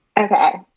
Okay